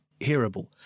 hearable